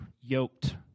yoked